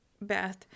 Beth